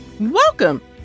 Welcome